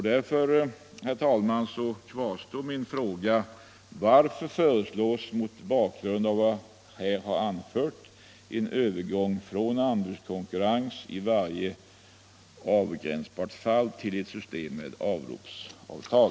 Därför, herr talman, kvarstår min fråga: Varför föreslås — mot bakgrund av vad jag här har anfört — en övergång från anbudskonkurrens i varje avgränsbart fall till ett system med avropsavtal?